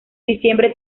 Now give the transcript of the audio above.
diciembre